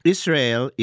Israel